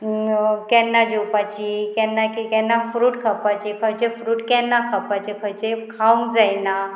केन्ना जेवपाची केन्ना केन्ना फ्रूट खावपाचें खंयचे फ्रूट केन्ना खावपाचें खंयचें खावंक जायना